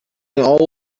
all